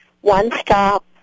one-stop